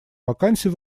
вакансий